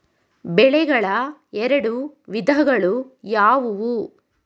ಬೆಳೆಗಳ ಎರಡು ವಿಧಗಳು ಯಾವುವು?